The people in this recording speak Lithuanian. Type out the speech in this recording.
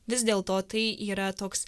vis dėl to tai yra toks